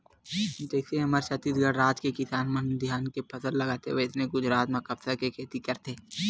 जइसे हमर छत्तीसगढ़ राज के किसान मन धान के फसल लगाथे वइसने गुजरात म कपसा के खेती करथे